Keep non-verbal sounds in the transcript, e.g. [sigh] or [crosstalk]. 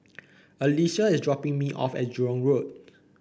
Alycia is dropping me off at Jurong [noise] Road